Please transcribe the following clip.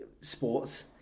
sports